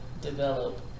develop